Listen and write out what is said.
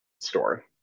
store